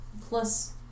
plus